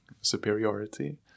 superiority